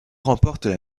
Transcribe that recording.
remportent